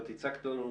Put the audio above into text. ואת הצגת לנו,